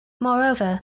Moreover